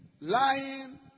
lying